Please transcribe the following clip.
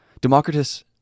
Democritus